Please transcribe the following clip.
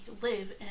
live